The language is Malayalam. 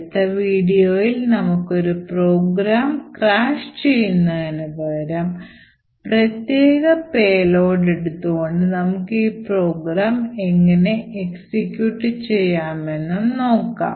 അടുത്ത വീഡിയോയിൽ നമുക്ക് ഒരു പ്രോഗ്രാം crash ചെയ്യുന്നതിന് പകരം പ്രത്യേക payload എടുത്തു കൊണ്ട് നമുക്ക് ഈ പ്രോഗ്രാം എങ്ങനെ execute ചെയ്യാം എന്ന് നോക്കാം